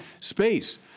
space